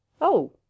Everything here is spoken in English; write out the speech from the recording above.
Oh